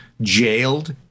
jailed